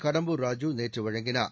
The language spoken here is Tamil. கடம்பூர் ராஜு நேற்று வழங்கினார்